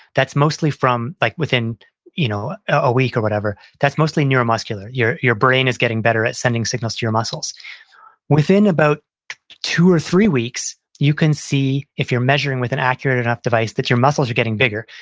that's mostly from like within you know a week or whatever, that's mostly neuromuscular. your your brain is getting better at sending signals to your muscles within about two or three weeks, you can see if you're measuring with an accurate enough device that your muscles are getting bigger.